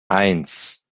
eins